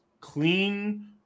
clean